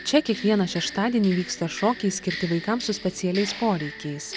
čia kiekvieną šeštadienį vyksta šokiai skirti vaikams su specialiais poreikiais